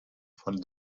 von